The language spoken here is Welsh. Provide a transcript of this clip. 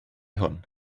hwn